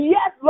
Yes